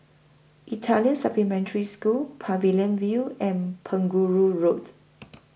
Italian Supplementary School Pavilion View and Penjuru Road